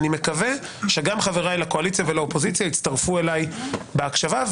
אני מקווה שגם חבריי לקואליציה ולאופוזיציה יצטרפו אליי בהקשבה.